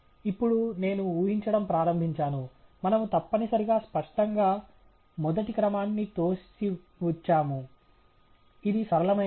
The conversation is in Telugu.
ఇప్పుడు నేను ఊహించడం ప్రారంభించాను మనము తప్పనిసరిగా స్పష్టంగా మొదటి క్రమాన్ని తోసిపుచ్చాము ఇది సరళమైనది